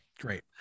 great